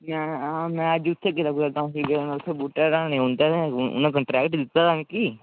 हां मै अज्ज उत्थें गेदा कुतै कम्म फ्ही उत्थें बूह्टे ढाने उंदै ते उनें कान्ट्रैक्ट दित्ते दा मिकी